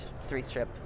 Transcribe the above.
three-strip